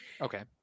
Okay